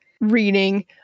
reading